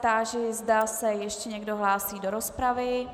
Táži se, zda se ještě někdo hlásí do rozpravy.